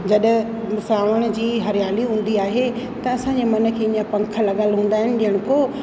जॾहिं सांवण जी हरियाली हूंदी आहे त असांजे मन खे ईअं पंख लॻल हूंदा आहिनि ॼणु को